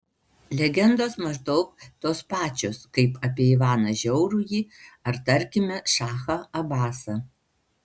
legendos maždaug tos pačios kaip apie ivaną žiaurųjį ar tarkime šachą abasą